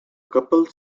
couple